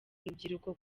urubyiruko